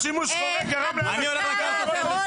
היתר שימוש חורג גרם לאנשים --- אביר קארה ורון כץ,